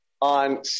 on